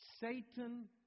Satan